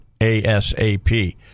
ASAP